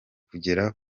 kugera